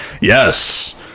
yes